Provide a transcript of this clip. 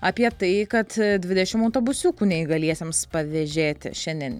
apie tai kad dvidešimt autobusiukų neįgaliesiems pavėžėti šiandien